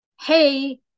hey